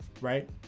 right